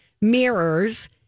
mirrors